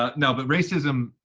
ah no, but racism